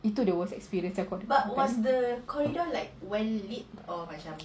itu the worst experience